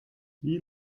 wie